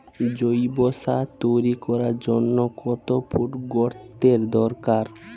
জৈব সার তৈরি করার জন্য কত ফুট গর্তের দরকার?